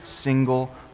single